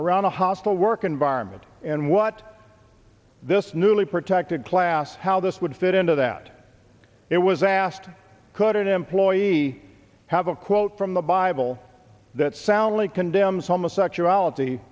around a hostile work environment and what this newly protected class how this would fit into that it was asked could it employees he have a quote from the bible that soundly condemns homosexuality